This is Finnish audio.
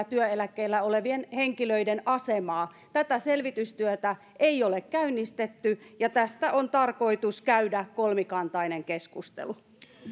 työeläkkeillä olevien henkilöiden asemaa tätä selvitystyötä ei ole käynnistetty ja tästä on tarkoitus käydä kolmikantainen keskustelu